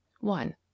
one